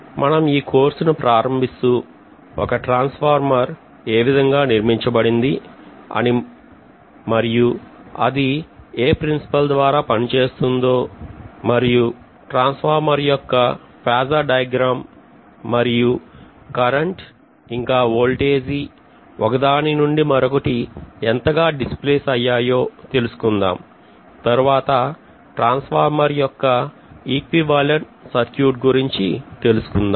మనం ఈ కోర్సును ప్రారంభిస్తూ ఒక ట్రాన్స్ఫార్మర్ ఏ విధంగా గా నిర్మించబడింది అని మరియు అది ఇది ఏ ప్రిన్సిపల్ ద్వారా పనిచేస్తుందో మరియు ట్రాన్స్ఫార్మర్ యొక్క ఫేజార్ డయాగ్రమ్ మరియు కరెంట్ ఇంకా ఓల్టేజీ ఒకదానినుండి మరి ఒకటి ఎంతగా డిస్ప్లేస్ అయ్యాయో తెలుసుకుందాం తరువాత ట్రాన్స్ఫార్మర్ యొక్క సరిసమానమైన సర్క్యూట్ గురించి తెలుసుకుందాం